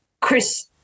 Chris –